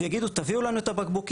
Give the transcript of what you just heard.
והם יגידו תביאו לנו את הבקבוקים.